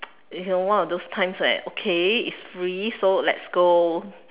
you know one of those times like okay free so let's go